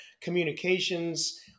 Communications